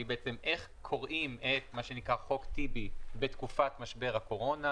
שהיא בעצם איך שקוראים את "חוק טיבי" בתקופת משבר הקורונה,